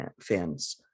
fans